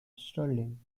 stirling